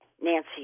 Nancy